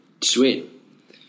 Sweet